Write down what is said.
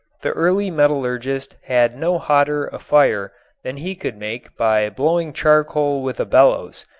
the early metallurgist had no hotter a fire than he could make by blowing charcoal with a bellows.